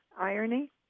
irony